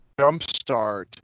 jumpstart